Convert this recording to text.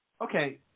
Okay